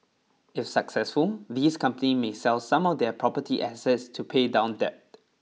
if successful these companies may sell some of their property assets to pay down debt